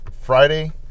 Friday